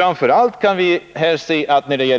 Arbetet